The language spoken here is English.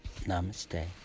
Namaste